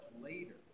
later